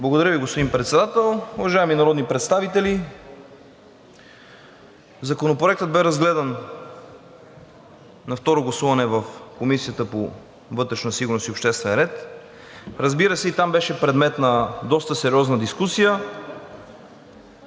Благодаря Ви, господин Председател. Уважаеми народни представители, Законопроектът бе разгледан на второ гласуване в Комисията по вътрешна сигурност и обществен ред, разбира се, там беше предмет на доста сериозна дискусия.